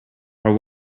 are